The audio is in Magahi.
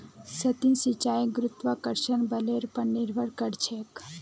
सतही सिंचाई गुरुत्वाकर्षण बलेर पर निर्भर करछेक